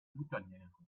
boutonnière